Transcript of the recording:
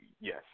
yes